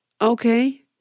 okay